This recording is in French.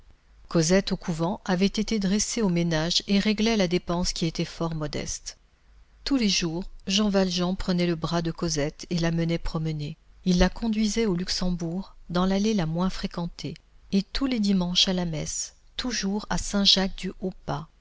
cosette au couvent avait été dressée au ménage et réglait la dépense qui était fort modeste tous les jours jean valjean prenait le bras de cosette et la menait promener il la conduisait au luxembourg dans l'allée la moins fréquentée et tous les dimanches à la messe toujours à